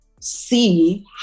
see